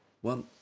one